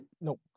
No